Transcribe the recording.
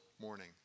morning